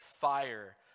fire